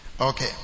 Okay